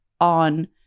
on